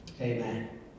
Amen